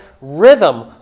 rhythm